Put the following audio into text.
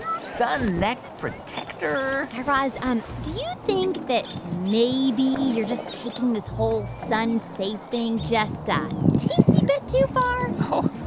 sun neck-protector guy raz, um do you think that maybe you're just taking this whole sun-safe thing just a ah teensy bit too far? oh,